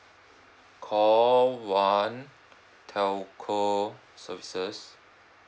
call one telco services